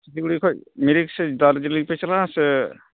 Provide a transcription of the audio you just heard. ᱥᱤᱠᱤᱵᱟᱲᱤ ᱠᱷᱚᱱ ᱢᱮᱨᱤᱠ ᱥᱮ ᱫᱟᱨᱡᱤᱞᱤᱝ ᱯᱮ ᱪᱟᱞᱟᱜᱼᱟ ᱥᱮ